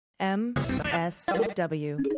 MSW